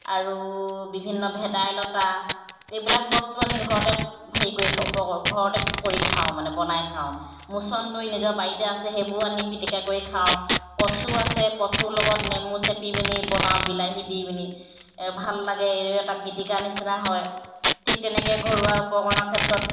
আৰু বিভিন্ন ভেদাইলতা এইবিলাক বস্তু আমি ঘৰতে হেৰি কৰি উপক ঘৰতে কৰি খাওঁ মানে বনাই খাওঁ মুছন্দৰি নিজৰ বাৰীতে আছে সেইবোৰ আনি পিটিকা কৰি খাওঁ কচু আছে কচু লগত নেমু চেপি পিনি বনাওঁ বিলাহী দি পিনি ভাল লাগে এটা পিটিকা নিচিনা হয় ঠিক তেনেকৈ ঘৰুৱা উপকৰণৰ ক্ষেত্ৰত